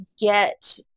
get